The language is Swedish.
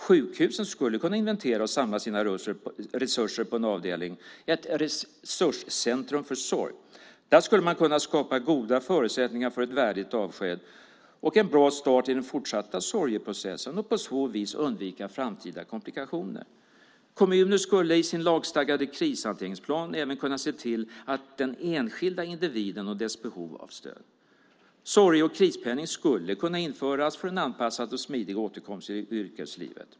Sjukhusen skulle kunna inventera och samla sina resurser på en avdelning, ett resurscentrum för sorg. Där skulle man kunna skapa goda förutsättningar för ett värdigt avsked och en bra start i den fortsatta sorgeprocessen och på så vis undvika framtida komplikationer. Kommunerna skulle i sin lagstadgade krishanteringsplan även kunna se till den enskilda individen och hans eller hennes behov av stöd. Sorge och krispenning skulle kunna införas för en anpassad och smidig återkomst till yrkeslivet.